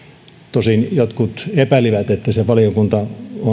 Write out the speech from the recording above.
tosin jotkut epäilivät että valiokunta on